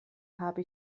habe